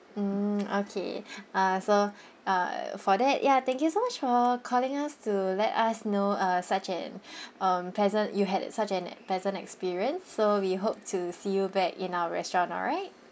mm okay uh so uh for that ya thank you so much for calling us to let us know uh such an um pleasant you had such an pleasant experience so we hope to see you back in our restaurant all right